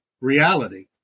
reality